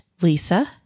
lisa